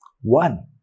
One